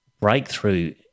breakthrough